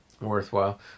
worthwhile